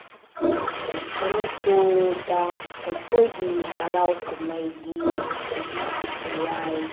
ꯃꯅꯤꯄꯨꯔꯗ ꯑꯩꯈꯣꯏꯒꯤ ꯍꯔꯥꯎ ꯀꯨꯝꯍꯩꯒꯤ ꯃꯇꯤꯛ ꯃꯌꯥꯏ